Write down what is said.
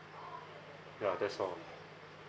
ya that's all